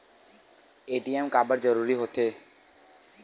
ATM काबर जरूरी हो थे?